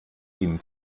ihnen